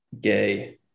Gay